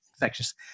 infectious